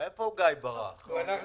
אני רוצה